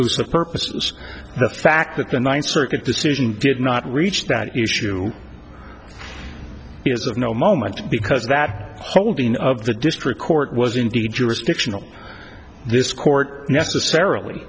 e purposes the fact that the ninth circuit decision did not reach that issue is of no moment because that holding of the district court was indeed jurisdictional this court necessarily